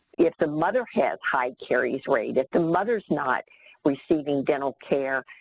if the mother has high caries rate, if the mother's not receiving dental care,